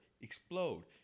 Explode